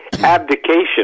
abdication